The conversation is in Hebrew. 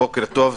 בוקר טוב.